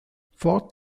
ford